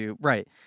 right